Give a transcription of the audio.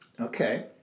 Okay